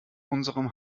unserem